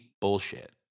bullshit